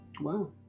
Wow